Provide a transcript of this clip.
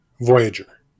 Voyager